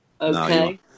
Okay